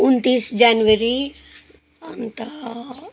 उन्तिस जेनवरी अन्त